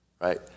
right